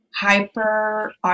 hyper